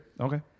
Okay